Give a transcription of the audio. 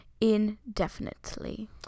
indefinitely